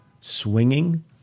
swinging